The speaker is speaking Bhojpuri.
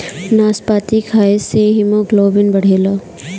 नाशपाती खाए से हिमोग्लोबिन बढ़ेला